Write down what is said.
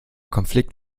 konflikt